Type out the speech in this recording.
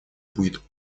будет